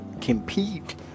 compete